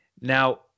Now